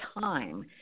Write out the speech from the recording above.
time